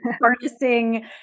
harnessing